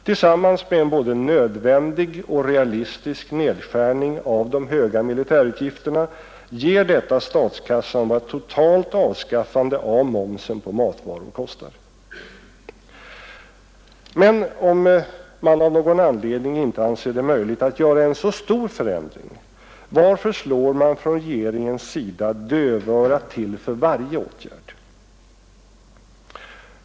Tillsammans med en både nödvändig och realistisk nedskärning av de höga militärutgifterna ger detta statskassan vad ett totalt avskaffande av momsen på matvaror kostar. Men om man av någon anledning inte anser det möjligt att göra en så stor förändring, varför slår regeringen dövörat till för varje åtgärd?